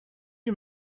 you